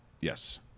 Yes